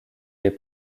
les